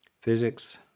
Physics